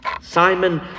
simon